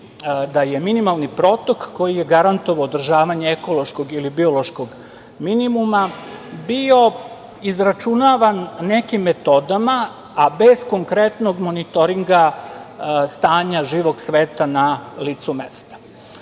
da je minimalni protok koji je garantovao održavanje ekološkog ili biološkog minimuma bio izračunavan nekim metodama, a bez konkretnog monitoringa stanja život sveta na licu